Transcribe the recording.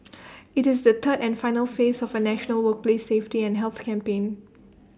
IT is the third and final phase of A national workplace safety and health campaign